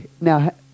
Now